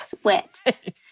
sweat